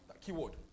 Keyword